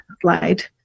slide